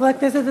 חברי הכנסת,